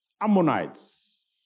Ammonites